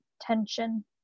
tension